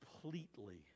completely